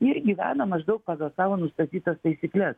ir gyvena maždaug pagal savo nustatytas taisykles